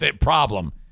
problem